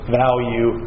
value